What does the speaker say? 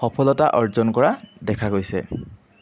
সফলতা অৰ্জন কৰা দেখা গৈছে